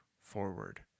forward